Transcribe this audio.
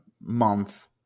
month